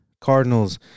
Cardinals